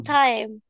time